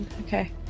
Okay